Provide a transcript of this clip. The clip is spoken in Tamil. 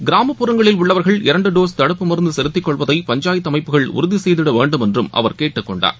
கிராமப்புறங்களில் உள்ளவர்கள் இரண்டுடோஸ் தடுப்பு மருந்தசெலுத்திக் கொள்வதை பஞ்சாயத்துஅமைப்புகள் உறுதிசெய்திடவேண்டுமென்றும் அவர் கேட்டுக் கொண்டார்